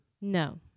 No